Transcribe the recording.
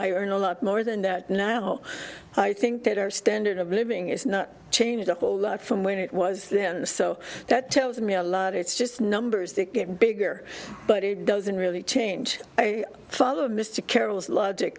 i earn a lot more than that now i think that our standard of living is not changed a whole lot from when it was then so that tells me a lot it's just numbers that get bigger but it doesn't really change i follow mr carroll's logic